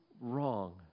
wrong